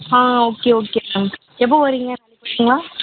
ஆ okay okay ma'am எப்போ வரீங்க நாளைக்கு வரீங்களா